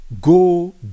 go